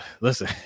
Listen